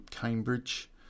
Cambridge